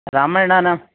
रामायणं ना